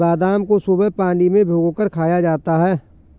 बादाम को सुबह पानी में भिगोकर खाया जाता है